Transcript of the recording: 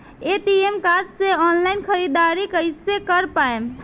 ATM card से online ख़रीदारी कइसे कर पाएम?